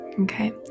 okay